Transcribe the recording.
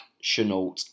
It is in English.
Chenault